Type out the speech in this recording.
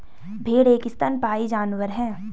भेड़ एक स्तनपायी जानवर है